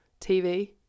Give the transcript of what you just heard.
TV